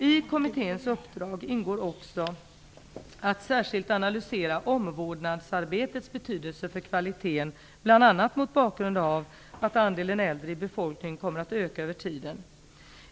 I kommitténs uppdrag ingår också att särskilt analysera omvårdnadsarbetets betydelse för kvaliteten bl.a. mot bakgrund av att andelen äldre i befolkningen kommer att öka över tiden.